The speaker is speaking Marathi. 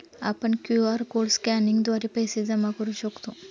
आपण क्यू.आर कोड स्कॅनिंगद्वारे पैसे जमा करू शकतो